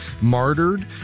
martyred